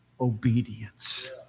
obedience